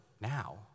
Now